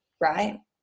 right